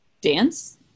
dance